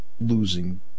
losing